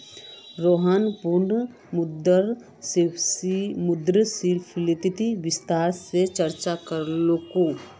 रोहन पुनः मुद्रास्फीतित विस्तार स चर्चा करीलकू